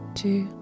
two